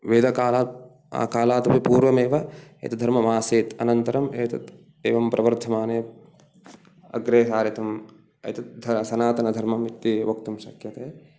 वेदकालात् कालादपि पूर्वमेव एतद्धर्मम् आसीत् अनन्तरम् एतत् एवं प्रवर्धमाने अग्रे सारितं एतत् सनातनधर्मम् इति वक्तुं शक्यते